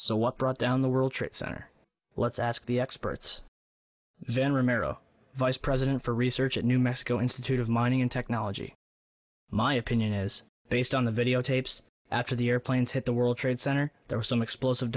so what brought down the world trade center let's ask the experts then ramiro vice president for research at new mexico institute of mining and technology my opinion is based on the videotapes after the airplanes hit the world trade center there were some explosive